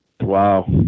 Wow